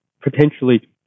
potentially